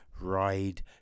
ride